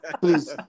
Please